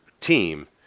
team